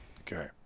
Okay